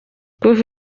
kuva